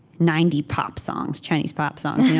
ninety pop songs, chinese pop songs,